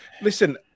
Listen